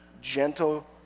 gentle